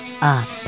up